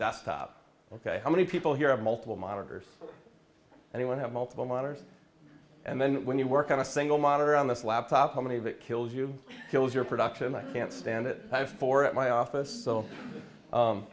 desktop ok how many people here have multiple monitors anyone have multiple monitors and then when you work on a single monitor on this laptop how many of it kills you kills your production i can't stand it i have four at my office